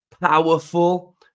powerful